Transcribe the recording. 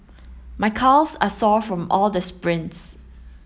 my calves are sore from all the sprints